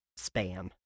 spam